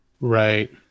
Right